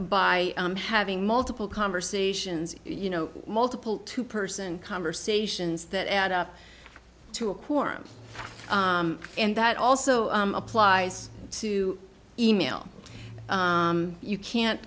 by having multiple conversations you know multiple to person conversations that add up to a quorum and that also applies to email you can't